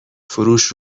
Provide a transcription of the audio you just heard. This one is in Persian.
فروش